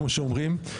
כמו שאומרים,